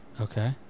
Okay